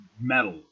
metal